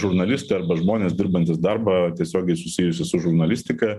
žurnalistai arba žmonės dirbantys darbą tiesiogiai susijusį su žurnalistika